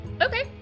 okay